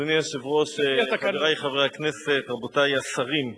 אדוני היושב-ראש, חברי חברי הכנסת, רבותי השרים,